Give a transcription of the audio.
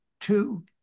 two